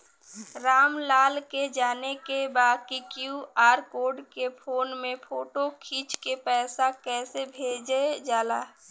राम लाल के जाने के बा की क्यू.आर कोड के फोन में फोटो खींच के पैसा कैसे भेजे जाला?